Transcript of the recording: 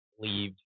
leave